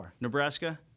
Nebraska